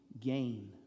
gain